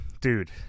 Dude